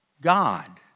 God